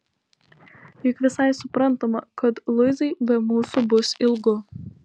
juk visai suprantama kad luizai be mūsų bus ilgu